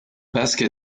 basque